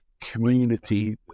community